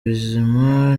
bizima